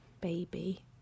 baby